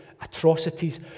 atrocities